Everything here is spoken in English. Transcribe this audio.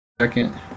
second